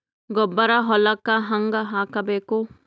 ಗೊಬ್ಬರ ಹೊಲಕ್ಕ ಹಂಗ್ ಹಾಕಬೇಕು?